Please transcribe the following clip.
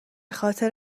خاطر